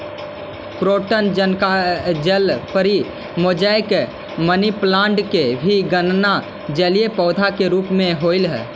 croton जलपरी, mosaic, money plant के भी गणना जलीय पौधा के रूप में होवऽ हइ